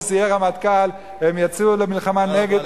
מוזס יהיה הרמטכ"ל הם יצאו למלחמה נגד,